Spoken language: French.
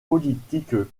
politiques